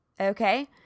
Okay